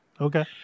Okay